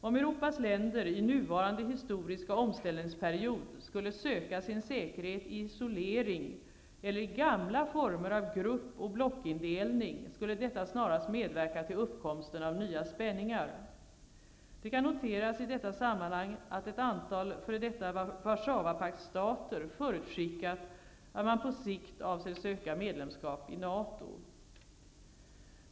Om Europas länder i nuvarande historiska omställningsperiod skulle söka sin säkerhet i isolering eller i gamla former av gruppoch blockindelning, skulle detta snarast medverka till uppkomsten av nya spänningar. Det kan noteras i detta sammanhang att ett antal f.d. Warszawapaktsstater förutskickat att man på sikt avser söka medlemskap i NATO.